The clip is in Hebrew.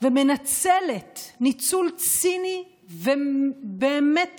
ומנצלת ניצול ציני ובאמת